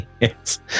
yes